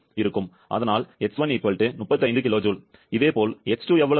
அதனால் இதேபோல் X2 எவ்வளவு இருக்கும்